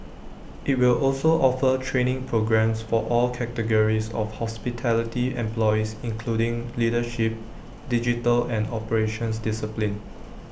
IT will also offer training programmes for all categories of hospitality employees including leadership digital and operations disciplines